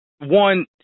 one